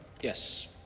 yes